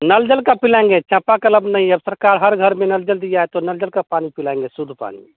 नल जल का पिलाएँगे चापाकल अब नहीं अब सरकार हर घर में नल जल दिया है तो नल जल का पानी पिलाएँगे शुद्ध पानी